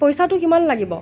পইচাটো কিমান লাগিব